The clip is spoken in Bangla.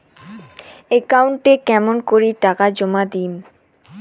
একাউন্টে কেমন করি টাকা জমা দিম?